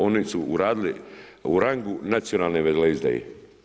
Oni su uradili u rangu nacionalne veleizdaje.